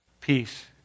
peace